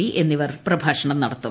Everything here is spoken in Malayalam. പി എന്നിവർ പ്രഭാഷണം നടത്തും